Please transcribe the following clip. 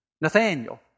Nathaniel